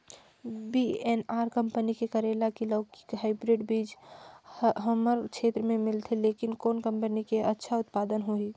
VNR company के करेला की लौकी हाईब्रिड बीजा हमर क्षेत्र मे मिलथे, लेकिन कौन कंपनी के अच्छा उत्पादन होही?